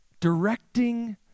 directing